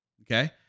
Okay